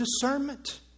discernment